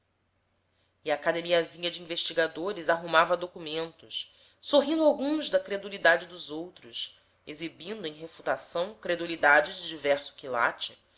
e a academiazinha de investigadores arrumava documentos sorrindo alguns da credulidade dos outros exibindo em refutação credulidade de diverso quilate